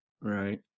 Right